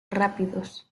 rápidos